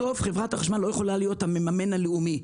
בסוף, חברת החשמל לא יכולה להיות המממן הלאומי.